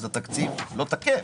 אז התקציב לא תקף.